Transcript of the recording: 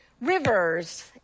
rivers